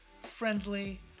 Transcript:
friendly